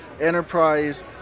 Enterprise